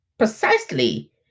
Precisely